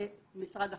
זה משרד החינוך.